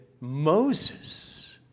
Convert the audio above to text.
Moses